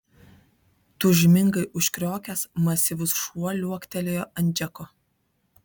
tūžmingai užkriokęs masyvus šuo liuoktelėjo ant džeko